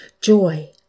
joy